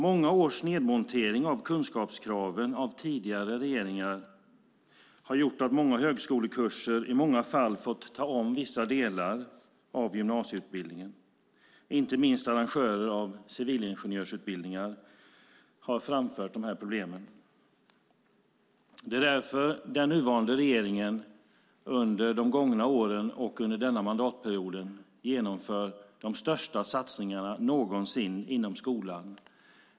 Många års nedmontering av kunskapskraven av tidigare regeringar har gjort att man på många högskolekurser har fått ta om vissa delar av gymnasieutbildningen, inte minst arrangörer av civilingenjörsutbildningar har framfört dessa problem. Det är därför den nuvarande regeringen under de gångna åren har genomfört och under denna mandatperiod genomför de största satsningarna någonsin inom skolan.